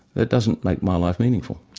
that doesn't make my life meaningful.